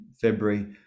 February